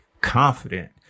confident